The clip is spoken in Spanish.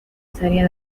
serie